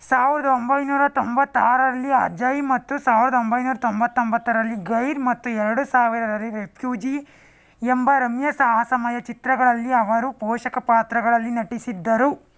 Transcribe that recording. ಸಾವಿರದ ಒಂಬೈನೂರ ತೊಂಬತ್ತಾರರಲ್ಲಿ ಅಜಯ್ ಮತ್ತು ಸಾವಿರದ ಒಂಬೈನೂರ ತೊಂಬತ್ತೊಂಬತ್ತರಲ್ಲಿ ಗೈರ್ ಮತ್ತು ಎರಡು ಸಾವಿರದಲ್ಲಿ ರೆಫ್ಯೂಜಿ ಎಂಬ ರಮ್ಯ ಸಾಹಸಮಯ ಚಿತ್ರಗಳಲ್ಲಿ ಅವರು ಪೋಷಕ ಪಾತ್ರಗಳಲ್ಲಿ ನಟಿಸಿದ್ದರು